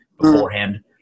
beforehand